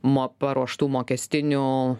mo paruoštų mokestinių